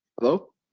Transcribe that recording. Hello